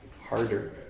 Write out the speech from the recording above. harder